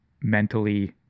mentally